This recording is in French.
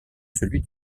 celui